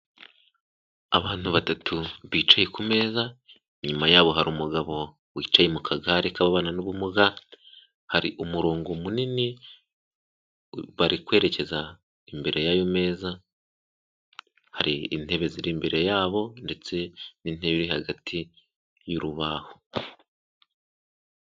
Abantu batatu bicaye ku meza inyuma yabo hari umugabo wicaye mu kagare k'ababana n'ubumuga hari umurongo munini bari kwerekeza imbere y'ayo meza hari intebe ziri imbere yabo ndetse n'interabe ziri hagati y'urubaho.